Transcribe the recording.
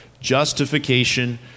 Justification